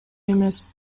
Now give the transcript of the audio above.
эмес